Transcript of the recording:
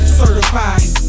certified